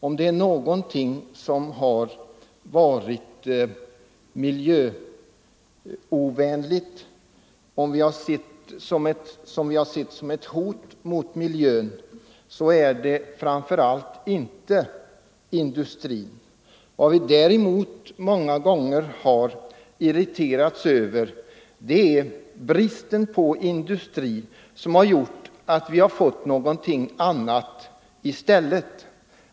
Om någonting varit miljöovänligt och setts som ett hot mot miljön är det inte industrin. Vad vi många gånger irriterats över är bristen på industri, som medfört någonting annat i stället.